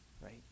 Right